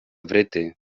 wryty